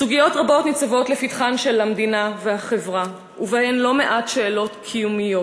סוגיות רבות ניצבות לפתחן של המדינה והחברה ובהן לא מעט שאלות קיומיות.